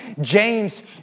James